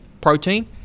protein